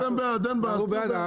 אנחנו בעד.